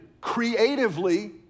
creatively